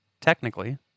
technically